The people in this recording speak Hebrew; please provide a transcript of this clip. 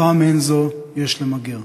תופעה מעין זו יש למגר.